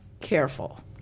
careful